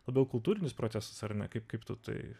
labiau kultūrinis procesas ar ne kaip kaip tu tai